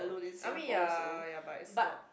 I mean ya ya but it's not